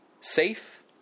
safe